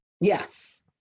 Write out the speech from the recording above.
Yes